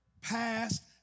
past